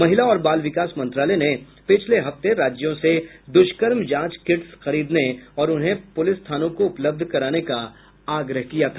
महिला और बाल विकास मंत्रालय ने पिछले हफ्ते राज्यों से दुष्कर्म जांच किट्स खरीदने और उन्हें पुलिस थानों को उपलब्ध कराने का आग्रह किया था